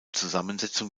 zusammensetzung